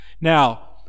now